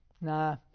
nah